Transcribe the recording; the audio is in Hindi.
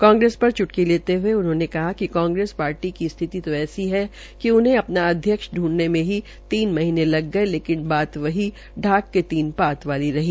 कांग्रेस पर चुटकी लेते हये उन्होंने कहा कि कांग्रेस पार्टी की स्थिति तो ऐसी है कि उनहें अपना अध्यक्ष ढूंढने मे ही तीन महीने लग गये लेकिन बात वही ढाक के तीन पात वाली रही